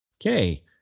Okay